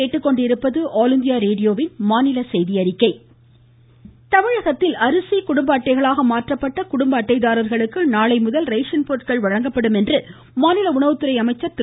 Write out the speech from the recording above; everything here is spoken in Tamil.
காமராஜ் தமிழகத்தில் அரிசி குடும்ப அட்டைகளாக மாந்றப்பட்ட கடும்ப அட்டைதாரர்களுக்கு நாளை முதல் ரேசன் பொருட்கள் வழங்கப்படும் என மாநில உணவுத்துறை அமைச்சர் திரு